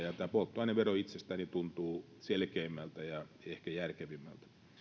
tämä polttoainevero itsestäni tuntuu selkeimmältä ja ehkä järkevimmältä